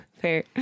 Fair